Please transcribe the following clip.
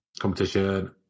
competition